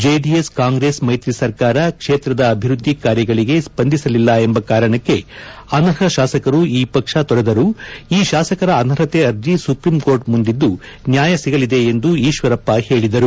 JDS Congress ಮೈತ್ರಿ ಸರ್ಕಾರ ಕ್ಷೇತ್ರದ ಅಭಿವೃದ್ಧಿ ಕಾರ್ಯಗಳಿಗೆ ಸ್ಪಂದಿಸಲಿಲ್ಲ ಎಂಬ ಕಾರಣಕ್ಕೆ ಅನರ್ಪ ಶಾಸಕರು ಆ ಪಕ್ಷ ತೊರೆದರು ಈ ಶಾಸಕರ ಅನರ್ಪತೆ ಅರ್ಜಿ ಸುಪ್ರೀಂ ಕೋರ್ಟ್ ಮುಂದಿದ್ದು ನ್ಯಾಯ ಸಿಗಲಿದೆ ಎಂದು ಈಶ್ವರಪ್ಪ ಹೇಳಿದರು